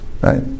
Right